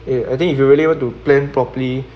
eh I think if you really want to plan properly